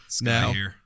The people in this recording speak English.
now